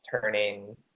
turning